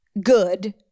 good